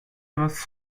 was